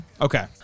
Okay